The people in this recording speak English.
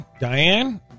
Diane